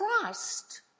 Christ